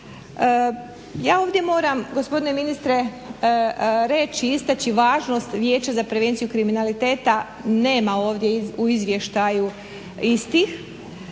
Ja ovdje moram, gospodine ministre, reći i istaći važnost Vijeća za prevenciju kriminaliteta nema ovdje u izvještaju istih,